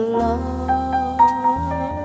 love